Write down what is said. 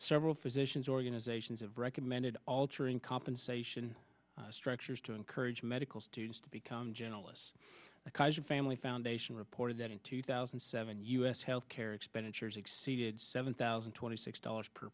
several physicians organizations have recommended altering compensation structures to encourage medical students to become journalists the kaiser family foundation reported that in two thousand and seven u s health care expenditures exceeded seven thousand twenty six dollars per